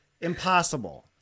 impossible